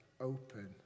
open